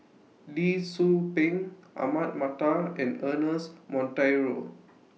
Lee Tzu Pheng Ahmad Mattar and Ernest Monteiro